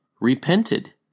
repented